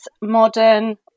modern